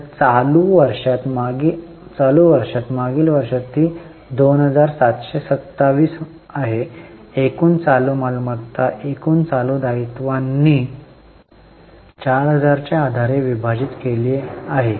तर चालू वर्षात मागील वर्षात ती 2727 आहे एकूण चालू मालमत्ता एकूण चालू दायित्वांनी 4000 च्या आधारे विभाजित केली आहे